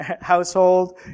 household